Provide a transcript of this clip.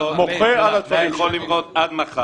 ב-1.6 מיליון היה מקבל 300,000 שקל חינם,